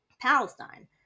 Palestine